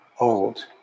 old